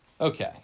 Okay